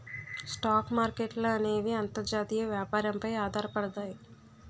stock మార్కెట్ల అనేవి అంతర్జాతీయ వ్యాపారం పై ఆధారపడతాయి